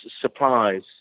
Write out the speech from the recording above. supplies